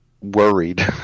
worried